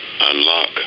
unlock